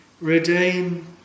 redeem